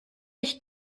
ich